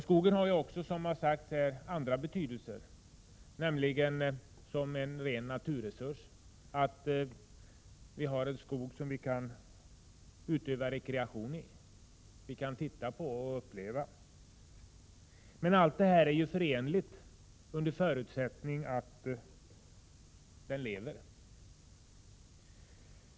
Skogen har också, som det sagts här, andra betydelser. Den har betydelse som en ren naturresurs. Det ligger ett värde i att vi har skogen för rekreation. De olika intressena i skogen är förenliga, under förutsättning att skogen lever.